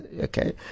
okay